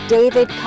David